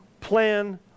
plan